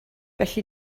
felly